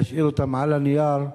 להשאיר אותם על הנייר,